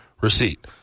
receipt